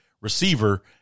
receiver